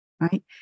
Right